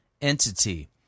entity